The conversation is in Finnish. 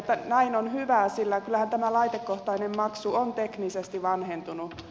näin on hyvä sillä kyllähän tämä laitekohtainen maksu on teknisesti vanhentunut